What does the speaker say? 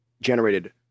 generated